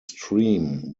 stream